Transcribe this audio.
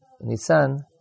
Nisan